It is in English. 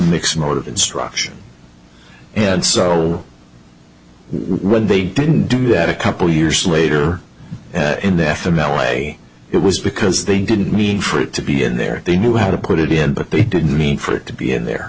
mix more of instruction and so when they didn't do that a couple years later in the f m l a it was because they didn't mean for it to be in there they knew how to put it in but they didn't mean for it to be and there